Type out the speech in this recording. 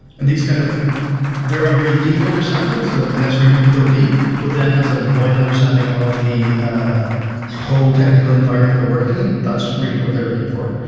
and these kind of very very deep understanding, so an sre who can go deep, but then has a wide understanding of the whole technical environment they're working in, that's really what they're looking for,